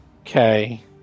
okay